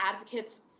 Advocates